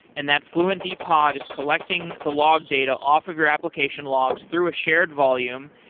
and that fluentd pod is collecting the log data off of your application logs through a shared volume,